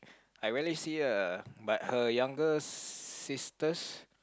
I rarely see her but her younger sisters